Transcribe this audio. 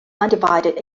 undivided